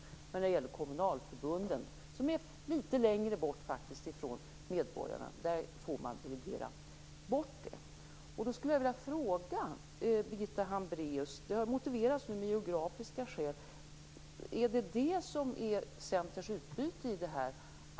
Men när det gäller kommunalförbunden, som faktiskt är litet längre bort från medborgarna, skall man få delegera bort det. Detta har motiverats med geografiska skäl. Jag skulle vilja fråga Birgitta Hambraeus om det är detta som är Centerns utbyte i det här.